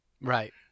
Right